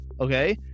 Okay